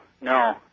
no